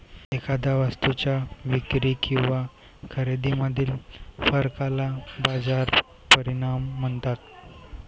एखाद्या वस्तूच्या विक्री किंवा खरेदीमधील फरकाला बाजार परिणाम म्हणतात